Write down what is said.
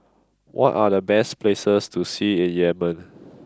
what are the best places to see in Yemen